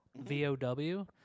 V-O-W